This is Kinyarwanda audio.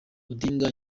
odinga